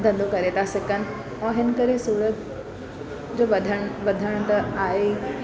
धंधो करे था सघनि ऐं हिन करे सूरत जो वधण वधण त आहे ई